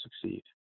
succeed